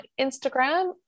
Instagram